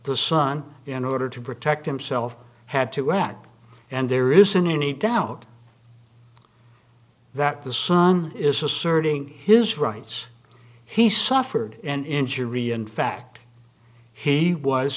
the son in order to protect himself had to act and there isn't any doubt that the son is asserting his rights he suffered an injury in fact he was